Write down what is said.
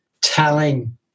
telling